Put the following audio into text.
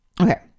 Okay